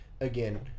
again